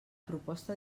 proposta